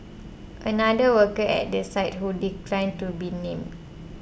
another worker at the site who declined to be named